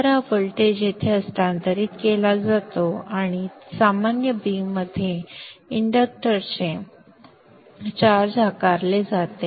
तर हा व्होल्टेज येथे हस्तांतरित केला जातो आणि सामान्य बीममध्ये इंडक्टरचे शुल्क आकारले जाते